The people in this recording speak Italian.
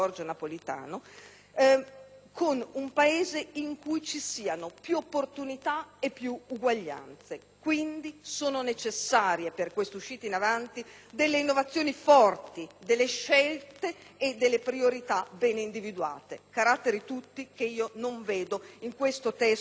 con un Paese in cui ci siano più opportunità e più uguaglianze. Sono, quindi, necessarie per queste uscite in avanti delle innovazioni forti, delle scelte e delle priorità ben individuate, caratteri tutti che non vedo in questo disegno di legge delega